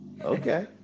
okay